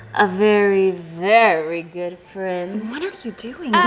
a very, very good friend. what are you doing? ah,